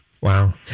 Wow